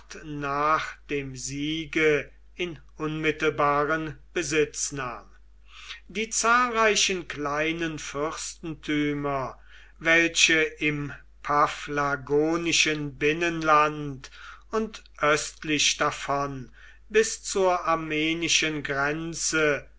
nach dem siege in unmittelbaren besitz nahm die zahlreichen kleinen fürstentümer welche im paphlagonischen binnenland und östlich davon bis zur armenischen grenze